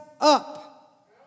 up